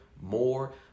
more